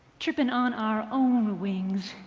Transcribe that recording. trippin on our own wings,